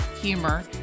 humor